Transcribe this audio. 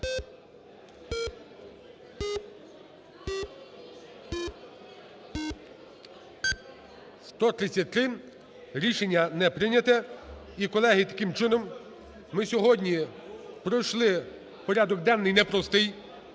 За-133 Рішення не прийнято. І, колеги, таким чином ми сьогодні пройшли порядок денний непростий,